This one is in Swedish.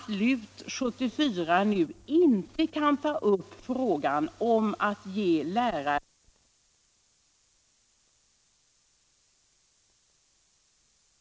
Det skulle ju betyda att de som vill ha undervisning i montessoripedagogik även i framtidens lärarutbildning skulle vara tvungna att ge sig i väg till Holland, Schweiz eller England.